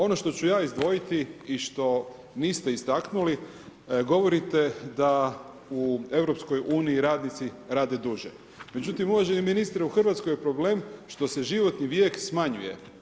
Ono što ću ja izdvojiti i što niste istaknuli, govorite da u EU radnici rade duže, međutim uvaženi ministre u Hrvatskoj je problem što se životni vijek smanjuje.